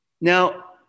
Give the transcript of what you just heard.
Now